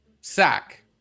sack